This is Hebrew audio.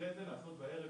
ואחרי זה לעשות עוד בערב,